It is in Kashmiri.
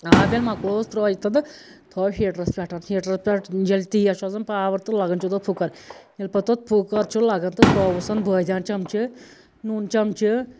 آب ییٚلہ مۄکلوُس ترٲیِتھ تہٕ تھٲو ہیٖٹرَس پٮ۪ٹھ ہیٖٹرٕ پٮ۪ٹھ ییٚلہِ تیز چھُ آسان پاور تہٕ لَگان چھُ تَتھ پھٕکَر ییٚلہِ پَتہٕ تَتھ پھٕکر چھُ لَگان تہٕ ترٛووُس بٲدِیان چَمچہٕ نوٗن چَمچہٕ